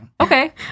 Okay